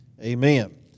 amen